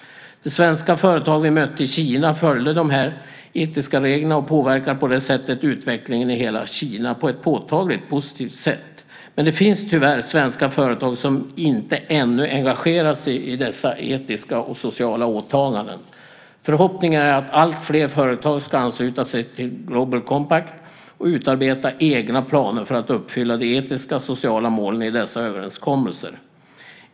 De svenska företag vi mötte i Kina följde dessa etiska regler och påverkade på det sättet utvecklingen i hela Kina på ett påtagligt positivt sätt. Tyvärr finns det dock svenska företag som ännu inte engagerat sig i dessa etiska och sociala åtaganden. Förhoppningen är att alltfler företag ska ansluta sig till Global Compact och utarbeta egna planer för att uppfylla de etiska och sociala målen i dessa överenskommelser.